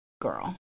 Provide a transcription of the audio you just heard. girl